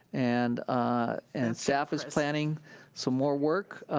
and and staff is planning some more work,